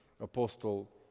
Apostle